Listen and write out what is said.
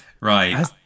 Right